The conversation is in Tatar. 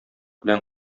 белән